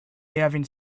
having